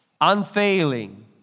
unfailing